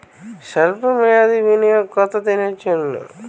সল্প মেয়াদি বিনিয়োগ কত দিনের জন্য?